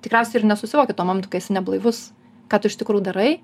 tikriausiai ir nesusivoki tuo momentu kai esi neblaivus ką tu iš tikrųjų darai